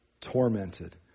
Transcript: tormented